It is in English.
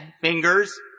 fingers